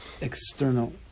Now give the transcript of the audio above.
external